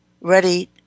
ready